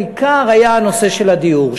בעיקר היה הנושא של הדיור.